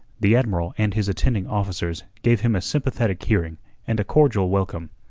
the admiral and his attending officers gave him a sympathetic hearing and a cordial welcome.